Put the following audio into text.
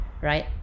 right